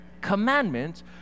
Commandments